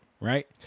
right